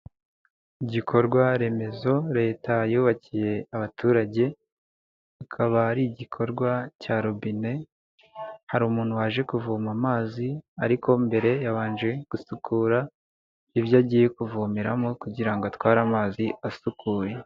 Igikorwa remezo leta yubakiye abaturage, akaba ari igikorwa cya robine hari umuntu waje kuvoma amazi ariko mbere yabanje gusukuravyo agiye kuvomeramo kugira ngo atware amazi asukuye.